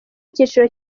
cyiciro